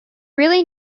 really